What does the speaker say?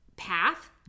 path